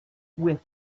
with